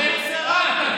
אתם הצעתם, ואנחנו סירבנו.